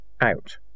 out